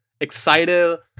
excited